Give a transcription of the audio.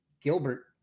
Gilbert